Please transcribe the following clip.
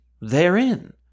therein